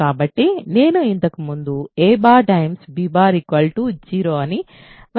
కాబట్టి నేను ఇంతకు ముందు a b 0 అని వ్యాఖ్యానించాను